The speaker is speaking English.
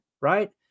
right